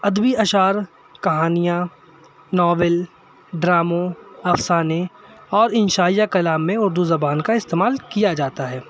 ادبی اشعار کہانیاں ناول ڈراموں افسانے اور انشائیہ کلام میں اردو زبان کا استعمال کیا جاتا ہے